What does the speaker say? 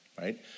Right